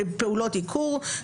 פעולות עיקור,